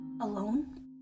alone